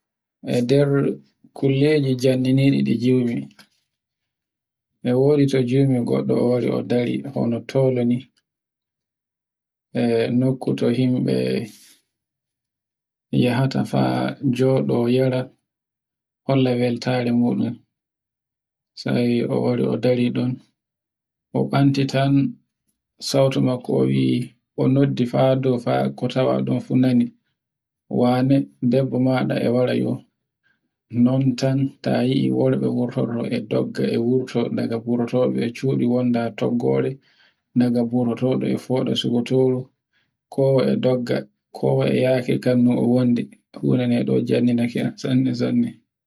e nder kulleje jannini ɗe jiwmi, e wodi to jiwmi gorɗo o wari o dari ho nottolo ni, e nokko to himɓe yahata faa joɗo yara, holla weltare muɗun. Sai o wari o dari ɗon o ɓantitin sauto makko o yi o noddi fado fa ko tawaɗun fu nani. wane debbo maɗa e wara e wo. non tan ta yii worɓe wortoto e dogga e wurto daga burtoɓe e cubu wonda toggore ndaga burtobe e foɗa suga tororo. kowa e dogga, kowa e yartika no o wondi huna no ɗo jannenake an sanne sanne.